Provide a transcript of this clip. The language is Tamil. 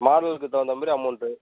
மாடலுக்கு தகுந்த மாதிரி அமௌண்டு